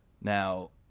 Now